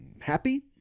Happy